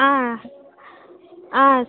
ಆಂ ಆಂ